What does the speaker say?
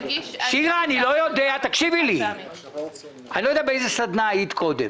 שירה, אני לא יודע באיזה סדנה היית קודם.